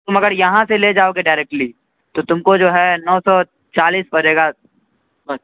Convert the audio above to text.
تم اگر یہاں سے لے جاؤگے ڈائریکٹلی تو تم کو جو ہے نو سو چالیس پڑے گا بس